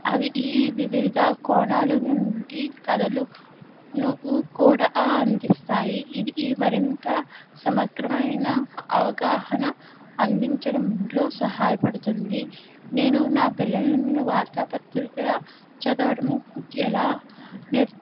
అవి ఈ వివిధ కోణాలు నుండి కథలు ను కూడా ఆ అందిస్తాయి ఇది ఈ మరింత సమగ్రమైన అవగాహన అందించడంలో సహాయపడుతుంది నేను నా పిల్లలను వార్తాపత్రికల చదవటం ఎలా నే